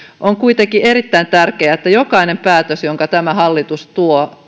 on kuitenkin erittäin tärkeää että arvioidaan myös jokaisen päätöksen jonka tämä hallitus tuo